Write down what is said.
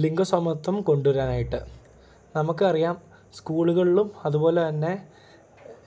ലിംഗസമത്വം കൊണ്ടുവരാനായിട്ട് നമുക്ക് അറിയാം സ്കൂളുകളിലും അതുപോലെ തന്നെ